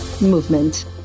movement